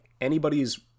anybody's